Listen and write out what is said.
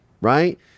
right